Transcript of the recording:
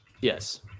Yes